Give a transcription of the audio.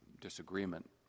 disagreement